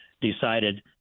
decided